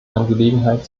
angelegenheit